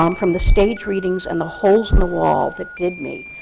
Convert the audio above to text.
um from the staged readings and the holes in the wall that did me,